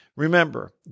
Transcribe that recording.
Remember